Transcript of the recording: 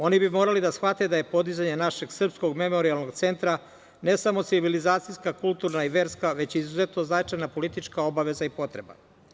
Oni bi morali da shvate da je podizanje našeg srpskog memorijalnog centra ne samo civilizacijska, kulturna, verska, već i izuzetno značajna politička obaveza i potreba.